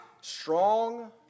strong